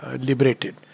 liberated